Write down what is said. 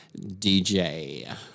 DJ